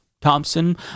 Thompson